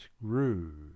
grew